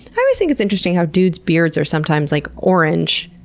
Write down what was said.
i always think it's interesting how dudes' beards are sometimes like orange,